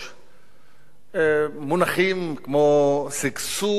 מונחים כמו שגשוג, יציבות